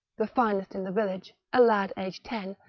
the finest in the village, a lad aged ten,